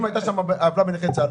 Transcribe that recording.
אם הייתה עוולה בקצבת נכי צה"ל,